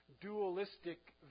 dualistic